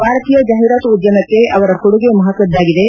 ಭಾರತೀಯ ಜಾಹಿರಾತು ಉದ್ದಮಕ್ಕೆ ಅವರ ಕೊಡುಗೆ ಮಹತ್ತದ್ದಾಗಿದೆ